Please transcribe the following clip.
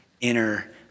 inner